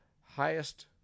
highest